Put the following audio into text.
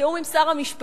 בתיאום עם שר המשפטים,